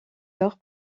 heure